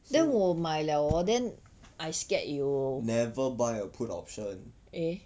never buy a put option